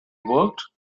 worked